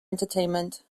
entertainment